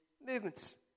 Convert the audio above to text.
movements